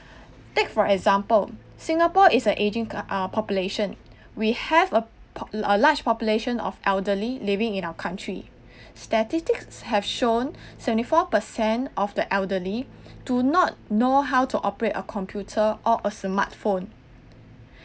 take for example singapore is a aging uh population we have a pop~ a large population of elderly living in our country statistics have shown seventy four percent of the elderly do not know how to operate a computer or a smart phone